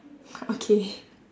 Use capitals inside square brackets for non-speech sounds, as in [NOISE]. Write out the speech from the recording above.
[NOISE] okay